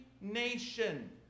nation